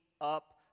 up